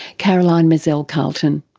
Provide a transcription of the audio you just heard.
caroline mazel-carlton.